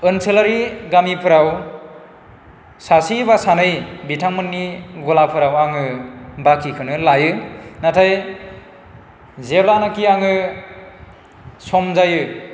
ओनसोलारि गामिफोराव सासे बा सानै बिथांमोननि गलाफोराव आङो बाखिखौनो लायो नाथाइ जेब्लानाखि आङो सम जायो